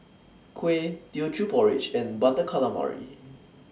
Kuih Teochew Porridge and Butter Calamari